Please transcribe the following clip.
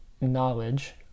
knowledge